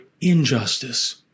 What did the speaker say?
injustice